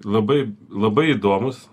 labai labai įdomūs